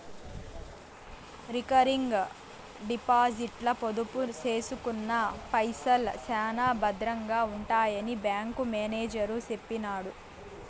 recurring డిపాజిట్ల పొదుపు సేసుకున్న పైసల్ శానా బద్రంగా ఉంటాయని బ్యాంకు మేనేజరు సెప్పినాడు